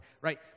right